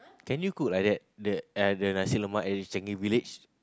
can you cook like that the uh the nasi-lemak at the Changi-Village